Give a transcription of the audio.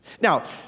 Now